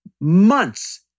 months